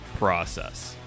process